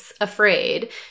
afraid